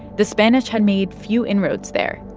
the spanish had made few inroads there.